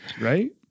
Right